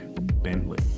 Bentley